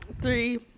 Three